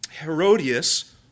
Herodias